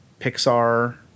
Pixar